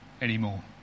anymore